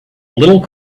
little